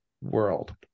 world